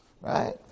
Right